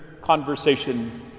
conversation